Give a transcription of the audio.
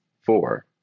four